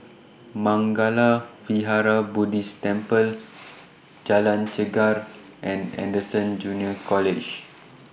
Mangala Vihara Buddhist Temple Jalan Chegar and Anderson Junior College